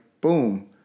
boom